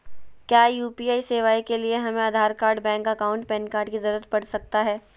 क्या यू.पी.आई सेवाएं के लिए हमें Aadhaar card bank account PAN card की जरूरत पड़ सकता है?